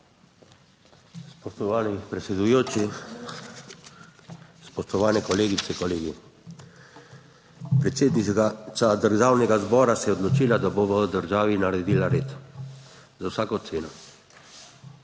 Spoštovani predsedujoči, spoštovani kolegice, kolegi! Predsednica Državnega zbora se je odločila, da bo v državi naredila red, za vsako ceno.